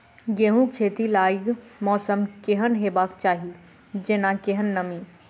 गेंहूँ खेती लागि मौसम केहन हेबाक चाहि जेना केहन नमी?